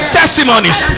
testimonies